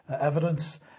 evidence